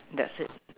that's it